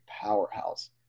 powerhouse